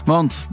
Want